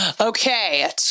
Okay